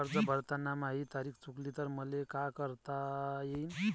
कर्ज भरताना माही तारीख चुकली तर मले का करता येईन?